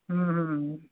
हूँ हूँ